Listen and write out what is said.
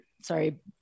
sorry